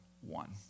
one